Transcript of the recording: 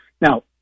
Now